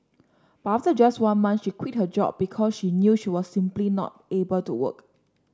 but after just one month she quit her job because she knew she was simply not able to work